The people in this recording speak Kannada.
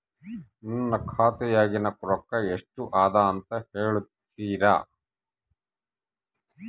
ನನ್ನ ಖಾತೆಯಾಗಿನ ರೊಕ್ಕ ಎಷ್ಟು ಅದಾ ಅಂತಾ ಹೇಳುತ್ತೇರಾ?